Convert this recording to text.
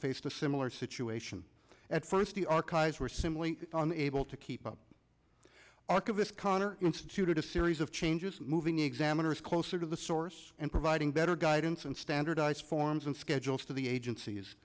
faced a similar situation at first the archives were similarly on able to keep up archivist conor instituted a series of changes moving examiners closer to the source and providing better guidance and standardize forms and schedules to the agencies